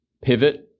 pivot